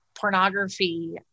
pornography